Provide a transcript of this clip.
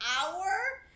hour